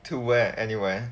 to where anywhere